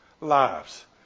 lives